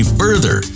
further